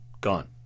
gone